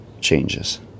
changes